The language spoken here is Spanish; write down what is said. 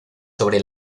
sobre